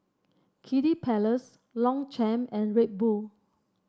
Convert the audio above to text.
Kiddy Palace Longchamp and Red Bull